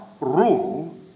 rule